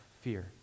fear